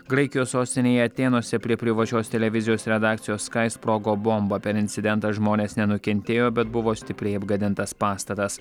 graikijos sostinėje atėnuose prie privačios televizijos redakcijos skai sprogo bomba per incidentą žmonės nenukentėjo bet buvo stipriai apgadintas pastatas